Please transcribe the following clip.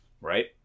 right